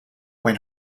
when